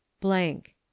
blank